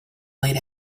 late